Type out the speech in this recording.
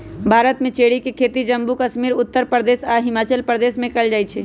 भारत में चेरी के खेती जम्मू कश्मीर उत्तर प्रदेश आ हिमाचल प्रदेश में कएल जाई छई